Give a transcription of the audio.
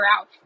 out